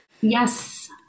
Yes